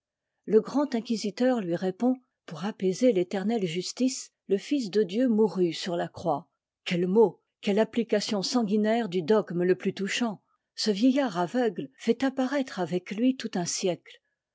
le grand inquisiteur lui répond pour apaiser l'éternelle justice le fils de dieu mourut sur la croix quel mot quelle application sanguinaire du dogme le plus touchant ce vieillard aveugle fait apparaître avec lui tout un siècte